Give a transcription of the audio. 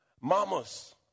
Mamas